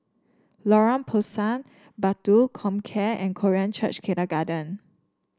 Lorong Pisang Batu Comcare and Korean Church Kindergarten